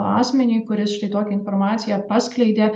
asmeniui kuris štai tokią informaciją paskleidė